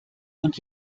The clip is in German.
und